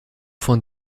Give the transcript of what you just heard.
von